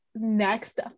next